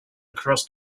across